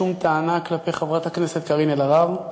שום טענה כלפי חברת הכנסת קארין אלהרר.